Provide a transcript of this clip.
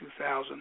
2000